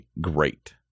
great